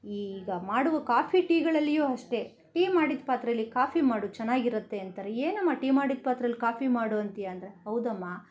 ಈಗ ಮಾಡುವ ಕಾಫಿ ಟೀಗಳಲ್ಲಿಯೂ ಅಷ್ಟೇ ಟೀ ಮಾಡಿದ ಪಾತ್ರೆಲಿ ಕಾಫಿ ಮಾಡು ಚೆನ್ನಾಗಿರುತ್ತೆ ಅಂತಾರೆ ಏನಮ್ಮ ಟೀ ಮಾಡಿದ ಪಾತ್ರೆಲಿ ಕಾಫಿ ಮಾಡು ಅಂತೀಯ ಅಂದರೆ ಹೌದಮ್ಮ